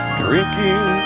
drinking